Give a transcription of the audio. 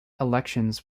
elections